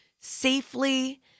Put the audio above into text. Safely